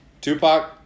Tupac